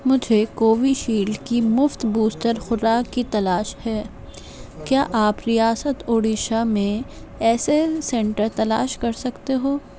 مجھے کوویشیلڈ کی مفت بوسٹر خوراک کی تلاش ہے کیا آپ ریاست اڑیسہ میں ایسے سنٹر تلاش کر سکتے ہو